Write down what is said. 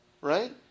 Right